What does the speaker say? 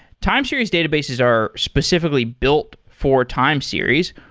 time series databases are specifically built for time series.